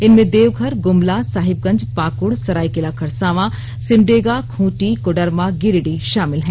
इनमें देवघर गुमला साहिबगंज पाकुड़ सरायकेला खरसावां सिमडेगा खूंटी कोडरमा गिरिडीह शामिल हैं